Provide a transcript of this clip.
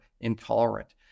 intolerant